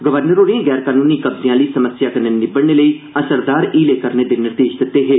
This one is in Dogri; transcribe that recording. गवर्नर होरें गैर कनूनी कब्जें आहली समस्या कन्नै निब्बड़ने लेई असरदार हीले करने दे निर्देश दित्ते हे